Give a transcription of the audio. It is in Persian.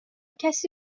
کسی